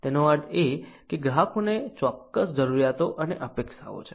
તેનો અર્થ એ કે ગ્રાહકોને ચોક્કસ જરૂરિયાતો અને અપેક્ષાઓ છે